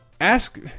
ask